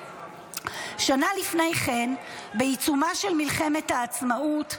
שנה לפני כן, בעיצומה של מלחמת העצמאות,